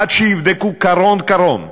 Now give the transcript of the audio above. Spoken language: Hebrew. עד שיבדקו קרון-קרון,